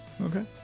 Okay